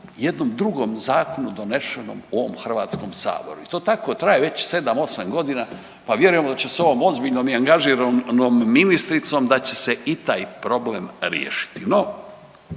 jednom drugom zakonu donešenom u ovom HS i to tako traje već 7-8.g., pa vjerujemo da će se ovom ozbiljnom i angažiranom ministricom da će se i taj problem riješiti.